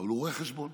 אבל הוא רואה חשבון,